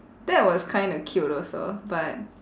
that was kinda cute also but